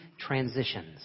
transitions